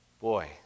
Boy